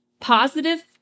Positive